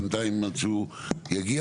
בנתיים עד שהוא יגיע.